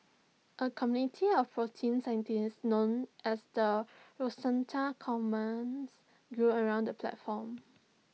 A community of protein scientists known as the Rosetta Commons grew around the platform